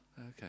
Okay